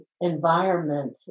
environment